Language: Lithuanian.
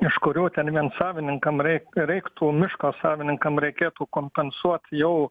iš kurių ten vien savininkam reik reiktų miško savininkam reikėtų kompensuot jau